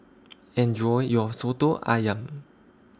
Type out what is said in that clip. Enjoy your Soto Ayam